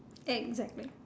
exactly